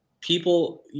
People